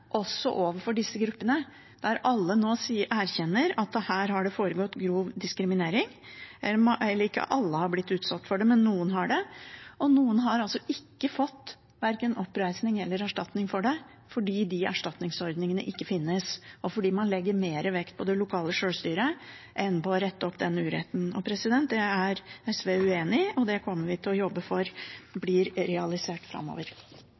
også for disse gruppene. Alle erkjenner nå at her har det foregått grov diskriminering. Ikke alle har blitt utsatt for det, men noen har det, og noen har altså ikke fått verken oppreisning eller erstatning for det, fordi de erstatningsordningene ikke finnes, og fordi man legger mer vekt på det lokale sjølstyret enn på å rette opp den uretten. Det er SV uenig i, og det kommer vi til å jobbe for blir realisert framover.